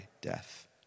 death